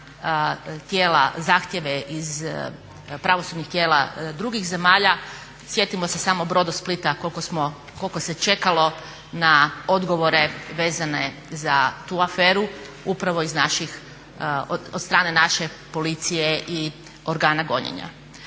na zahtjeve pravosudnih tijela drugih zemalja. Sjetimo se samo Brodosplita koliko se čekalo na odgovore vezane za tu aferu, upravo od strane naše policije i organa gonjenja.